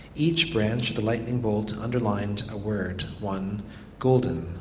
each branch the lightning bolt underlined a word one golden,